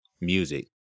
music